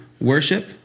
worship